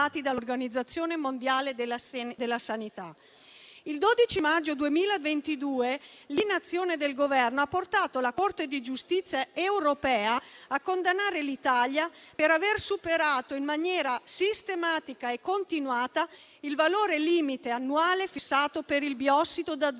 Il 12 maggio 2022, l'inazione del Governo ha portato la Corte di giustizia europea a condannare l'Italia per aver superato in maniera sistematica e continuata il valore limite annuale fissato per il biossido d'azoto